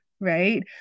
right